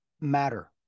matter